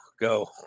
go